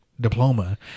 diploma